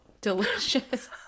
delicious